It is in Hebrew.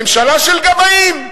ממשלה של גבאים.